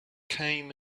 came